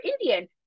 Indian